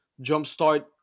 jumpstart